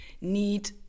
need